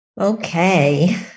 Okay